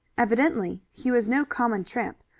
evidently he was no common tramp,